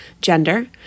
gender